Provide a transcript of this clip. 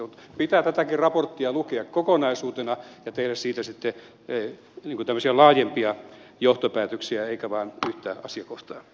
mutta pitää tätäkin raporttia lukea kokonaisuutena ja tehdä siitä sitten tämmöisiä laajempia johtopäätöksiä eikä katsoa vain yhtä asiakohtaa